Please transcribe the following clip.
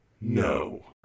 No